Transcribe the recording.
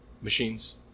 machines